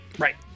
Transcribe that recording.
Right